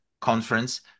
conference